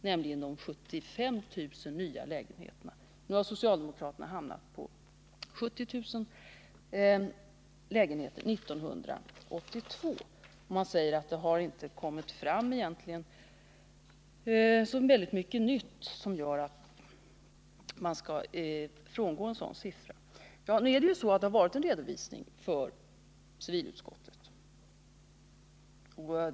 Nu har socialdemokraterna hamnat på ett bostadsbyggnadsbehov av 70 000 lägenheter år 1982. Man säger att det egentligen inte har kommit fram så mycket nytt material som gör att man skall frångå den siffran. Det har förekommit en redovisning för civilutskottet.